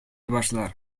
башлар